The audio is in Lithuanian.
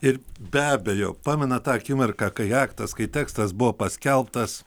ir be abejo pamena tą akimirką kai aktas kai tekstas buvo paskelbtas